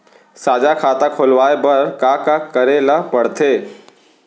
साझा खाता खोलवाये बर का का करे ल पढ़थे?